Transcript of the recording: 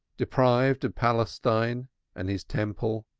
deprived of palestine and his temple,